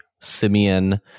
Simeon